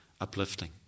uplifting